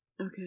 Okay